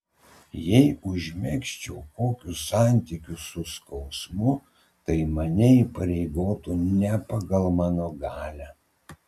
jei užmegzčiau kokius santykius su skausmu tai mane įpareigotų ne pagal mano galią